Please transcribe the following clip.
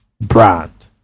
brand